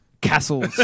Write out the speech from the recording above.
castles